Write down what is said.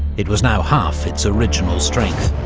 it was now half its original strength,